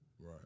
Right